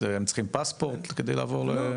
הם צריכים פספורט כדי לקבל?